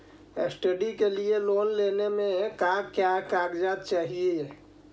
Study के लिये loan लेने मे का क्या कागजात चहोये?